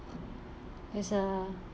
as a